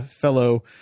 fellow